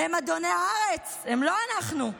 הם אדוני הארץ, הם לא אנחנו.